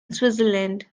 switzerland